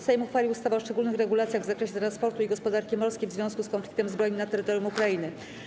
Sejm uchwalił ustawę o szczególnych regulacjach w zakresie transportu i gospodarki morskiej w związku z konfliktem zbrojnym na terytorium Ukrainy.